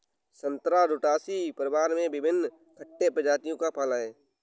संतरा रुटासी परिवार में विभिन्न खट्टे प्रजातियों का फल है